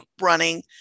running